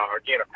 again